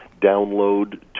download